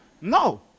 No